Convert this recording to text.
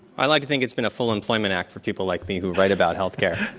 i like to think it's been a full employment act for people like me who write about healthcare.